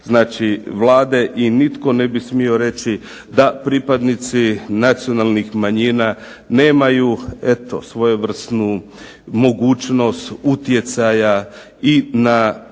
znači Vlade, i nitko ne bi smio reći da pripadnici nacionalnih manjina nemaju eto svojevrsnu mogućnost utjecaja i na